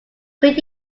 could